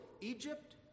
Egypt